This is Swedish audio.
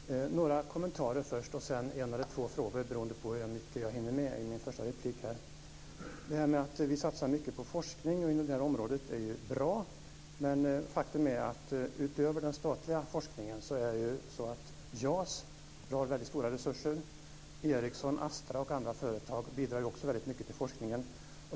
Herr talman! Några kommentarer först och sedan en eller två frågor beroende på hur mycket jag hinner med i min första replik. Att vi satsar mycket på forskning inom det här området är bra. Men faktum är att utöver den statliga forskningen drar JAS mycket stora resurser. Ericsson, Astra och andra företag bidrar också mycket till forskningen.